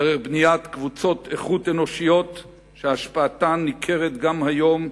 דרך בניית קבוצות איכות אנושיות שהשפעתן ניכרת גם היום,